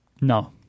No